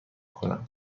کنم